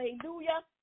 hallelujah